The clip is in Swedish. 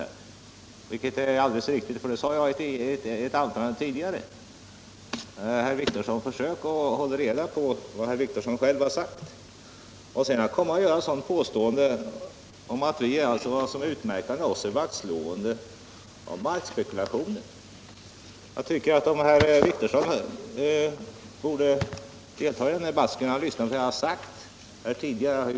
Det är alldeles riktigt, och det sade jag själv i mitt anförande. Herr Wictorsson, försök håll reda på vad ni själv har sagt! Herr Wictorsson gör vidare påståendet att det som utmärker oss är 177 att vi slår vakt om markspekulationen. Om herr Wictorsson vill delta i en debatt, skall han lyssna till vad som sägs i den.